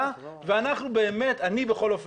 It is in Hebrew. אנחנו לא בהכרח נקבל אותה או שלא נקבל